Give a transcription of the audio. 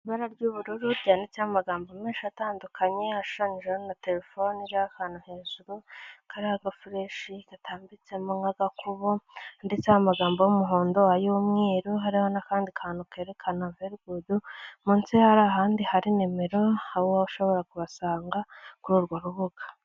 Ibara ry'ubururu ryanditseho amagambo menshi atandukanye, hashushanyijeho na terefone iriho akantu hejuru kariho agafureshi gatambitsemo nk'agakubu ndetse amagambo y'umuhondo, ay'umweru, hari n'akandi kantu kerekana verigudu, munsi hari ahandi hari nimero, hakaba ushobora kubasanga kuri urwo rubuga.